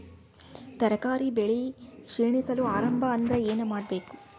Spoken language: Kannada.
ತರಕಾರಿ ಬೆಳಿ ಕ್ಷೀಣಿಸಲು ಆರಂಭ ಆದ್ರ ಏನ ಮಾಡಬೇಕು?